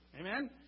Amen